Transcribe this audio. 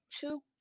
two